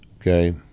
Okay